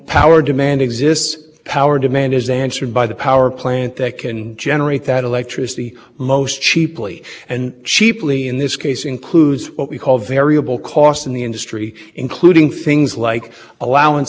cheaply and what does that me i mean they're going to run more and when they run more they're going to emit more pollution because the allowance prices are cheaper than running the controls and they down when aaron packs are going to go up up up